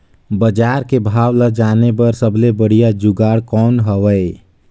बजार के भाव ला जाने बार सबले बढ़िया जुगाड़ कौन हवय?